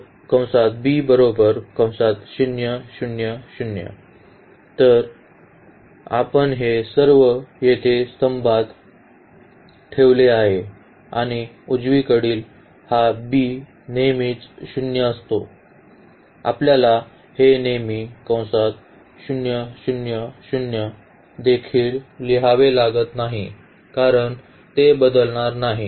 तर आपण हे सर्व येथे स्तंभात ठेवले आहे आणि उजवीकडील हा b नेहमीच 0 असतो आपल्याला हे नेहमी देखील लिहावे लागत नाही कारण ते बदलणार नाही